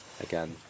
again